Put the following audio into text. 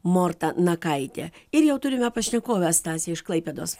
morta nakaitė ir jau turime pašnekovę stasė iš klaipėdos